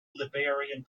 liberian